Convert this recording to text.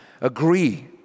agree